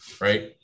right